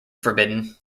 forbidden